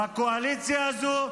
בקואליציה הזו,